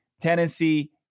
Tennessee